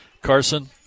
Carson